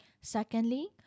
Secondly